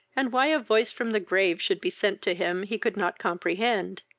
and why a voice from the grave should be sent to him he could not comprehend.